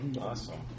Awesome